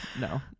No